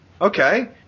okay